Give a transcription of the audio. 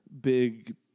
big